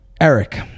Eric